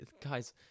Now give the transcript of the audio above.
guys